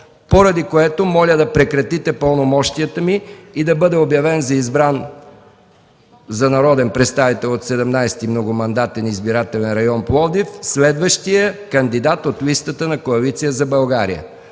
поради което моля да прекратите пълномощията ми и да бъде обявен за избран за народен представител от 17. многомандатен избирателен район, Пловдив следващият кандидат от листата на Коалиция за България.